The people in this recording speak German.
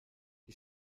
die